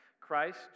Christ